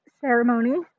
ceremony